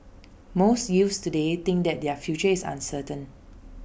most youths today think that their future is uncertain